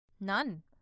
none